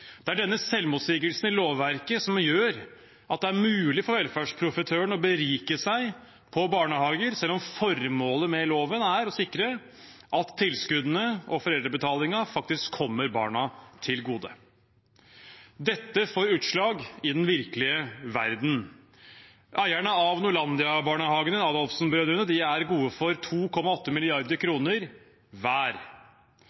Det er denne selvmotsigelsen som gjør at det er mulig for velferdsprofitøren å berike seg på barnehager, selv om formålet med loven er å sikre at tilskuddene og foreldrebetalingen faktisk kommer barna til gode. Dette får utslag i den virkelige verden. Eierne av Norlandia-barnehagene, Adolfsen-brødrene, er gode for 2,8